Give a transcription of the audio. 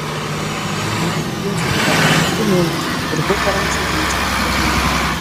mano princui dabar tik keturi mėnesiai turbūt dar anksčiau grįžti ir neįmanoma